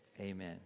Amen